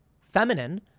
feminine